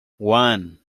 one